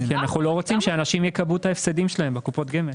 כי אנו לא רוצים שאנשים יקבעו את ההפסדים שלהם בקופות גמל